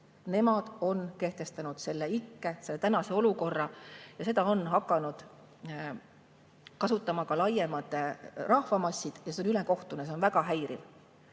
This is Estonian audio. Nemad on kehtestanud selle ikke, selle tänase olukorra, ja seda on hakanud kasutama ka laiemad rahvamassid. See on ülekohtune, see on väga häiriv.